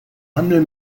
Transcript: handel